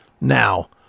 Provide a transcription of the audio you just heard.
now